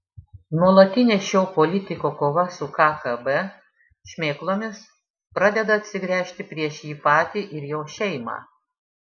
nuolatinė šio politiko kova su kgb šmėklomis pradeda atsigręžti prieš jį patį ir jo šeimą